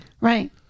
Right